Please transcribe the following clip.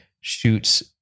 shoots